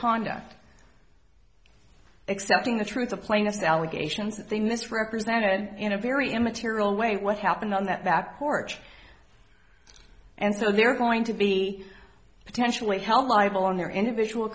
conduct accepting the truth of plaintiff's allegations that they misrepresented in a very immaterial way what happened on that back porch and so they're going to be potentially held liable in their individual